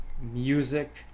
music